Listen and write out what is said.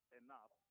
enough